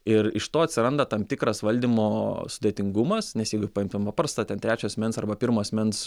ir iš to atsiranda tam tikras valdymo sudėtingumas nes jeigu paimtum prastą ten trečio asmens arba pirmo asmens